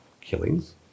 killings